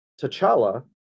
T'Challa